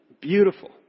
beautiful